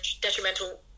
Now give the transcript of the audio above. detrimental